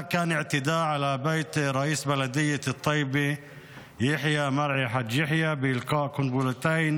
(נושא דברים בשפה הערבית, להלן תרגומם:)